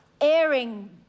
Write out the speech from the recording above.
airing